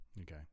Okay